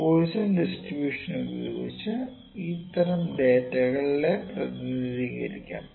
Poisson distribution ഉപയോഗിച്ച് ഈ തരം ഡാറ്റകളെ പ്രതിനിധീകരിക്കാം